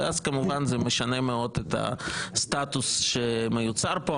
כמובן שזה משנה מאוד את הסטטוס שמיוצר פה.